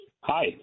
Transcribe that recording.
Hi